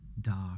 dark